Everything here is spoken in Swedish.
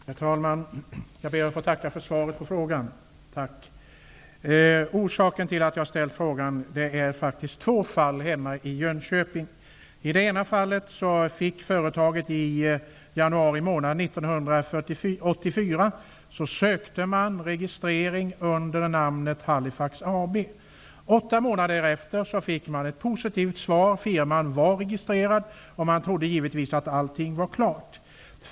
Herr talman! Jag ber att få tacka för svaret på frågan. Orsaken till att jag ställt frågan är två fall hemma i Jönköping. I det ena ansökte man i januari månad 1984 om registrering av ett företag under namnet Halifax AB. Åtta månader därefter fick man ett positivt svar. Firman var registrerad, och man trodde givetvis att allting var klart.